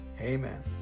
Amen